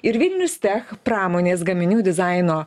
ir vilnius tech pramonės gaminių dizaino